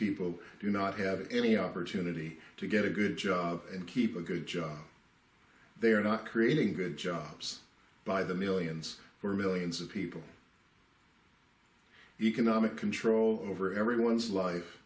people do not have any opportunity to get a good job and keep a good job they are not creating good jobs by the millions for millions of people economic control over everyone's life